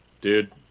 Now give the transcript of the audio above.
Dude